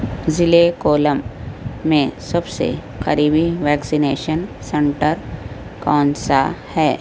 ضلعے کولم میں سب سے قریبی ویکسینیشن سنٹر کون سا ہے